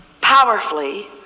powerfully